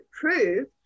prove